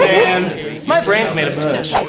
and my brain's made of mush.